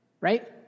right